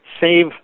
save